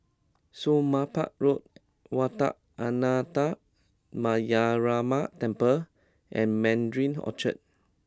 Somapah Road Wat Ananda Metyarama Temple and Mandarin Orchard